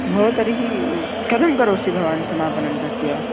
भो तर्हि कथं करोसि भवान् समापनं तस्य